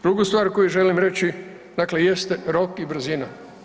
Drugu stvar koju želim reći, dakle jeste rok i brzina.